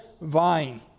vine